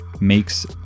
makes